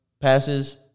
passes